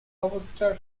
lobster